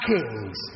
Kings